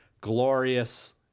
glorious